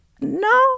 No